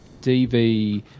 DV